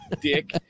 dick